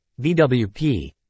VWP